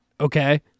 Okay